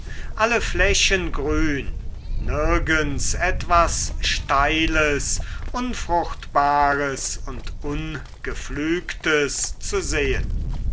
alle flächen grün nirgends etwas steiles unfruchtbares und ungepflügtes zu sehen